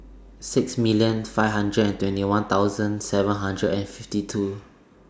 six million five hundred and twenty one thousand seven hundred and fifty two